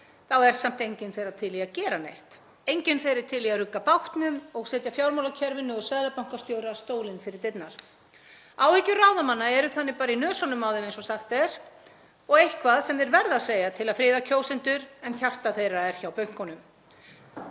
er samt enginn þeirra til í að gera neitt, enginn þeirra er til í að rugga bátnum og setja fjármálakerfinu og seðlabankastjóra stólinn fyrir dyrnar. Áhyggjur ráðamanna eru þannig bara í nösunum á þeim, eins og sagt er, og eitthvað sem þeir verða að segja til að friða kjósendur. En hjarta þeirra er hjá bönkunum.